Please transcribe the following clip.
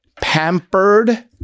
pampered